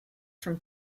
from